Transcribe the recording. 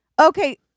Okay